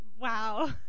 Wow